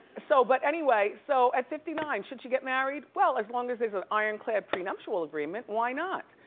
so but anyway, so at fifty nine, should she get married? well, as long as there's an ironclad prenuptial agreement, why not?